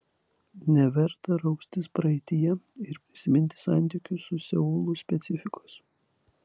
neverta raustis praeityje ir prisiminti santykių su seulu specifikos